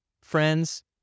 friends